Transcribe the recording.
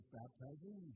baptizing